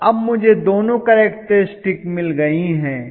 तो अब मुझे दोनों केरक्टरिस्टिक्स मिल गई हैं